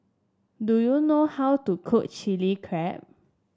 do you know how to cook Chili Crab